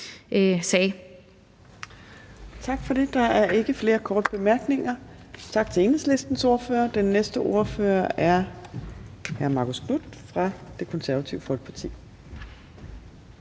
Torp): Tak for det. Der er ikke flere korte bemærkninger, så tak til Enhedslistens ordfører. Den næste ordfører er hr. Marcus Knuth fra Det Konservative Folkeparti.